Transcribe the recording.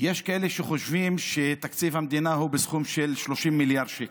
יש כאלה שחושבים שתקציב המדינה הוא בסכום של 30 מיליארד שקל,